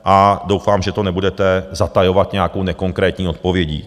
A doufám, že to nebudete zatajovat nějakou nekonkrétní odpovědí.